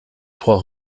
trois